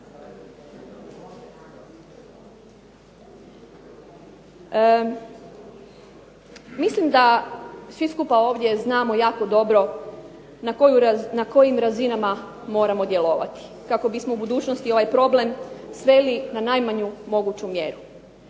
Mislim da svi skupa ovdje znamo jako dobro na kojim razinama moramo djelovati kako bismo u budućnosti ovaj problem sveli na najmanju moguću mjeru.